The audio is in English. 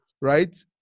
right